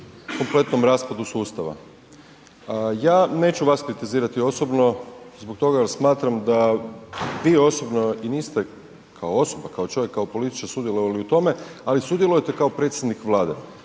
kompletnom raspadu sustava. Ja neću vas kritizirati osobno zbog toga jer smatram da vi osobno i niste kao osoba, kao čovjek, kao političar u tome, ali sudjelujete kao predsjednik Vlade.